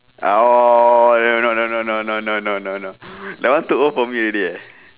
oh no no no no no that one too old for me leh